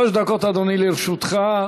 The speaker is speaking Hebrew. שלוש דקות, אדוני, לרשותך.